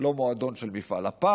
לא מועדון של מפעל הפיס,